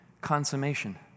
consummation